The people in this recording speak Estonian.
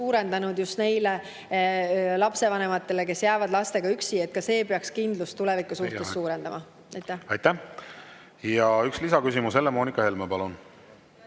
suurendanud just neile lapsevanematele, kes jäävad lastega üksi. Ka see peaks kindlust tuleviku suhtes suurendama. Teie aeg! Aitäh! Ja üks lisaküsimus. Helle-Moonika Helme, palun!